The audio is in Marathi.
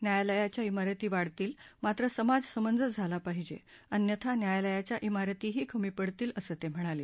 न्यायालयाच्या इमारती वाढतील मात्र समाज समंजस झाला पाहिजे अन्यथा न्यायालयाच्या इमारतीही कमी पडतील असं ते म्हणाले